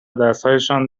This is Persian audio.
دستهایشان